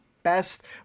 Best